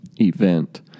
event